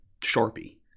sharpie